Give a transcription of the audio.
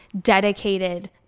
dedicated